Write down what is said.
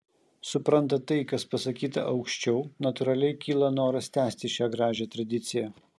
suprantant tai kas pasakyta aukščiau natūraliai kyla noras tęsti šią gražią tradiciją